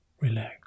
relax